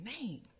name